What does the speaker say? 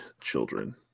children